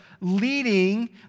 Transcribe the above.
leading